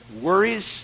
worries